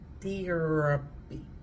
therapy